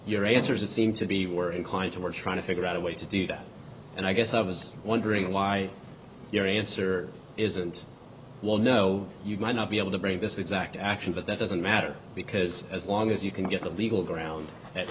your answers that seem to be were inclined towards trying to figure out a way to do that and i guess i was wondering why your answer isn't well no you might not be able to bring this exact action but that doesn't matter because as long as you can get the legal ground a